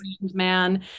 man